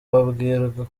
babwirwa